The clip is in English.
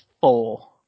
four